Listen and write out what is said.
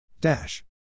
Dash